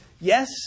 Yes